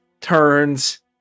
turns